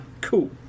Cool